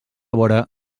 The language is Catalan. vora